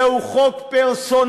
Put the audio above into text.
זהו חוק פרסונלי.